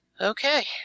Okay